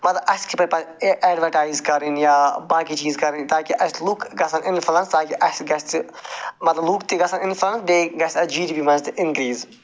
مطلب اسہِ کِتھ پٲٹھی پَزِ اٮ۪ڈوٹایِز کَرٕنۍ یا باقی چیٖز کَرٕنۍ تاکہِ اَسہِ لُکھ گَژھن انفٕلنٕس تاکہِ اَسہِ گَژھِ مطلب لوٗکھ تہِ گژھن انفٕلنٕس بیٚیہِ گَژھِ اَسہِ جیٖجری منٛز تہِ انکریٖز